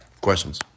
Questions